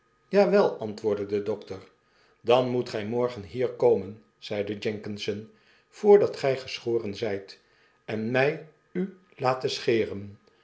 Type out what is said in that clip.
jawel antwoordde de dokter danmoet gij morgen hier komen zeide jenkinson voprdat gij geschoren zijt en mij u laten scheren